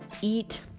eat